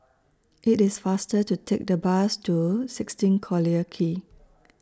IT IS faster to Take The Bus to sixteen Collyer Quay